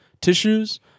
tissues